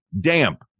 damp